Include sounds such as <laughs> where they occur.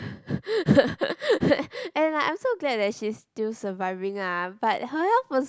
<laughs> and like I'm so glad that she is still surviving ah but her health was